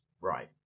right